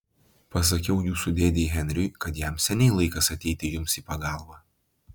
pasakiau jūsų dėdei henriui kad jam seniai laikas ateiti jums į pagalbą